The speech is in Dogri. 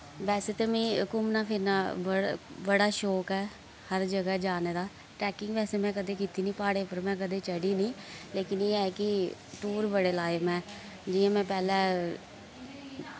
वैसे ते मैं घुम्मना फिरना बड़ा शौक ऐ हर जगह् जाने दा ट्रैकिंग वैसे मैं कदे कीती निं प्हाड़ें पर मैं कदें चढ़ी निं लेकिन एह् ऐ कि टूर बड़े लाए मैं जि''यां मैं पैह्लै